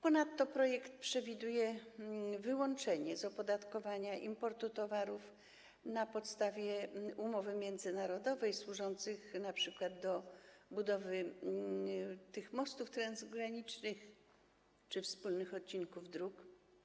Ponadto w projektowanej ustawie przewiduje się wyłączenie z opodatkowania importu towarów na podstawie umowy międzynarodowej służących np. do budowy mostów transgranicznych czy wspólnych odcinków dróg.